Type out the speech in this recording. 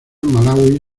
malaui